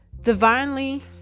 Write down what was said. divinely